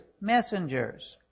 messengers